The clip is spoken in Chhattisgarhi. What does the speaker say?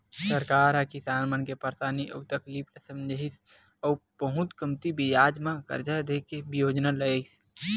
सरकार ह किसान मन के परसानी अउ तकलीफ ल समझिस अउ बहुते कमती बियाज म करजा दे के योजना लइस